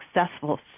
successful